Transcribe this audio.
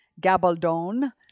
Gabaldon